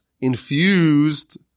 infused